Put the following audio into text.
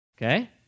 Okay